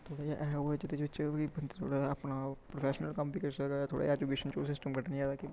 थोह्ड़ा जेहा ऐसा कोई जेह्दे बिच्च बंदा कोई अपना ओह् परफैशनल कम्म बी करी सकदा ऐ थोह्ड़ा ऐजुकेशन च ओह् सिस्टम कड्ढना चाही दा